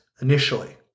initially